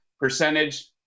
percentage